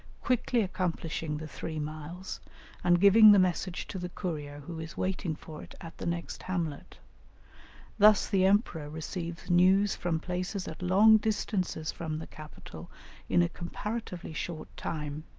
quickly accomplishing the three miles and giving the message to the courier who is waiting for it at the next hamlet thus the emperor receives news from places at long distances from the capital in a comparatively short time.